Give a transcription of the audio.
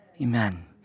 Amen